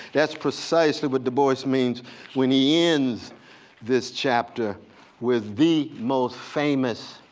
that's precisely what du bois means when he ends this chapter with the most famous